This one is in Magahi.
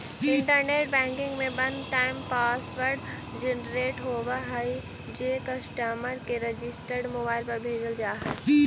इंटरनेट बैंकिंग में वन टाइम पासवर्ड जेनरेट होवऽ हइ जे कस्टमर के रजिस्टर्ड मोबाइल पर भेजल जा हइ